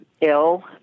ill